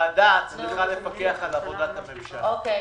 הוועדה צריכה לפקח על עבודת הממשלה,